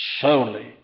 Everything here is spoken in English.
Solely